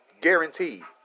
guaranteed